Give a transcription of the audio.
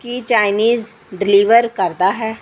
ਕੀ Chinese deliver ਕਰਦਾ ਹੈ